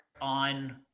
on